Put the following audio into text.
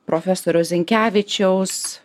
profesoriaus zenkevičiaus